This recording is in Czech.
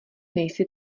nejsi